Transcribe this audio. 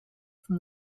from